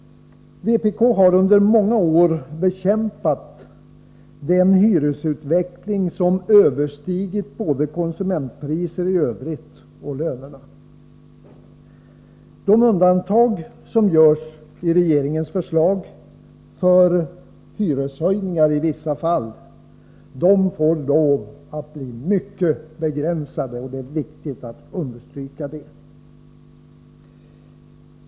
Vpk har under många år bekämpat den hyresutveckling som överstigit utvecklingen både för konsumentpriserna i övrigt och för lönerna. De undantag för hyreshöjningar i vissa fall som görs i regeringens förslag får lov att bli mycket begränsade. Det är viktigt att understryka det.